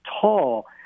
tall